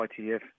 ITF